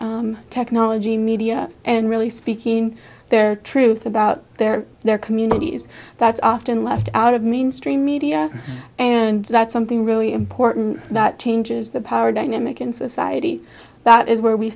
technology media and really speaking their truth about their their communities that's often left out of mainstream media and that's something really important that changes the power dynamic in society that is where we